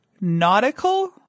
nautical